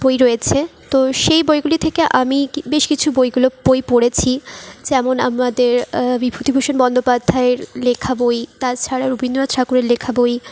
বই রয়েছে তো সেই বইগুলি থেকে আমি কি বেশ কিছু বইগুলো বই পড়েছি যেমন আমাদের বিভূতিভূষণ বন্দ্যোপাধ্যায়ের লেখা বই তাছাড়া রবীন্দ্রনাথ ঠাকুরের লেখা বই